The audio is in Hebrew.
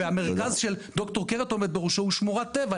והמרכז שד"ר קרת עומד בראשו הוא שמורת טבע,